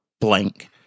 blank